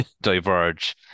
diverge